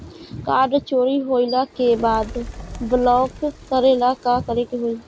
Card चोरी होइला के बाद ब्लॉक करेला का करे के होई?